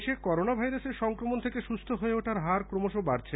দেশে করোনা ভাইরাসের সংক্রমণ থেকে সুস্থ হয়ে ওঠার হার ক্রমশ বাড়ছে